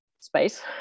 space